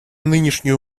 нынешнюю